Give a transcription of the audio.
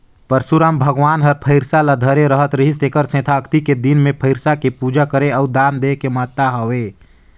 परसुराम भगवान हर फइरसा ल धरे रहत रिहिस तेखर सेंथा अक्ती के दिन मे फइरसा के पूजा करे अउ दान देहे के महत्ता हवे